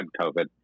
COVID